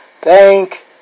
Thank